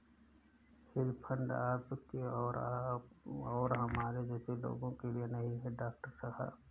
hedge fund आपके और हमारे जैसे लोगों के लिए नहीं है, डॉक्टर साहब